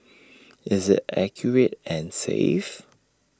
is IT accurate and safe